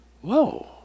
whoa